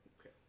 Okay